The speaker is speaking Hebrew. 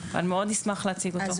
אבל מאוד נשמח להציג אותו.